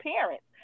parents